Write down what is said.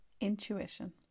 intuition